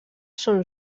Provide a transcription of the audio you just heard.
són